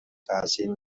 تاثیر